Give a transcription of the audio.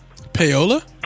Payola